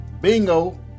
Bingo